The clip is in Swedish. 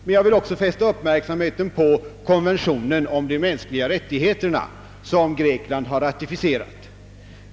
Men jag vill också fästa uppmärksamheten på konventionen om de mänskliga rättigheterna, som Grekland har ratificerat.